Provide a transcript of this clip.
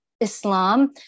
Islam